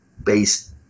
based